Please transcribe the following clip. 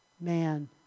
man